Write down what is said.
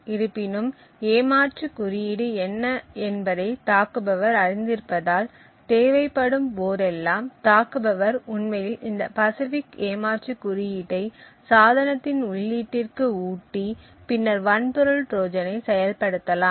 இருப்பினும் ஏமாற்று குறியீடு என்ன என்பதை தாக்குபவர் அறிந்திருப்பதால் தேவைப்படும் போதெல்லாம் தாக்குபவர் உண்மையில் இந்த பசிஃபிக் ஏமாற்று குறியீட்டை சாதனத்தின் உள்ளீட்டிற்கு ஊட்டி பின்னர் வன்பொருள் ட்ரோஜனை செயல்படுத்தலாம்